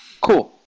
Cool